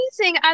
amazing